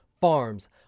farms